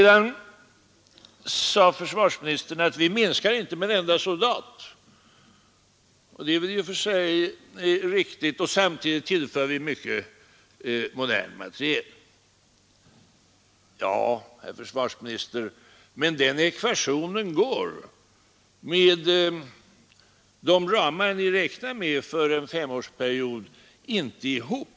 Försvarsministern sade sedan att vi inte minskar med en enda soldat, vilket i och för sig är riktigt, och att vi samtidigt tillför mycket modern materiel. Men, herr försvarsminister, den ekvationen går inte ihop med de ramar ni räknar med för en femårsperiod.